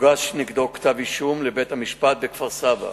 הוגש נגדו כתב אישום לבית-המשפט בכפר-סבא